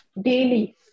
daily